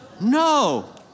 No